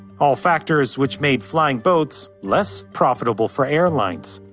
all factors which made flying boats, less profitable for airlines.